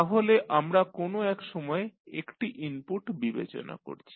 তাহলে আমরা কোনো এক সময় একটি ইনপুট বিবেচনা করছি